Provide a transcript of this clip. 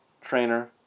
trainer